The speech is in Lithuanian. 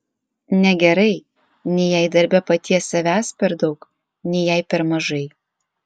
negerai nei jei darbe paties savęs per daug nei jei per mažai